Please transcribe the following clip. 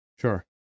sure